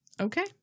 okay